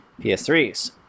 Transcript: PS3s